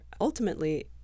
ultimately